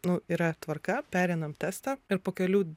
nu yra tvarka pereinam testą ir po kelių